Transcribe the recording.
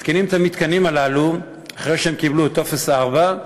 מתקינים את המתקנים הללו אחרי שהם קיבלו טופס 4,